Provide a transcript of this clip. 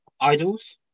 Idols